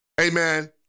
Amen